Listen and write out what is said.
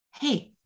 hey